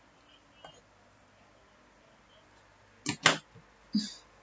mm